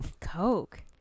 Coke